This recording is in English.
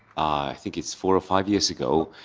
think it's four or five years ago.